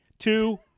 Two